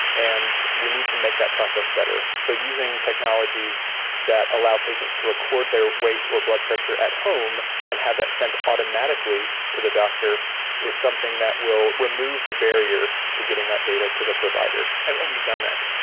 and we need to make that process better. so using technologies that allow patients to record their weight or blood pressure at home and have that sent automatically to the doctor is something that will remove the barrier to getting that data to the provider, and and we've done that.